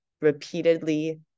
repeatedly